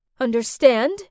Understand